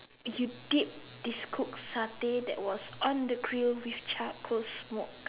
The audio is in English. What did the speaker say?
if you dip this cooked stay that was on the grill with charcoal smoke